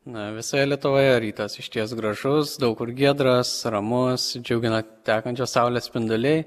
na visoje lietuvoje rytas išties gražus daug kur giedras ramus džiugina tekančios saulės spinduliai